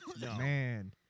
man